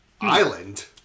Island